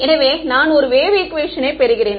எனவே நான் ஒரு வேவ் ஈக்குவேஷனை பெறுகிறேன்